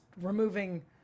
removing